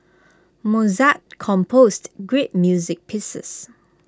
Mozart composed great music pieces